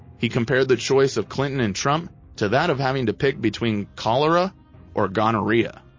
he compared the choice of clinton and trump to that of having to pick between cholera or gonorrhea!